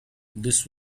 this